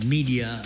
Media